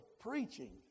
preaching